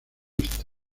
esta